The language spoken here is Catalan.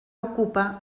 ocupa